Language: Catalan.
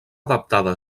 adaptada